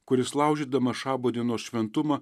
kuris laužydamas šabo dienos šventumą